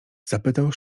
zapytał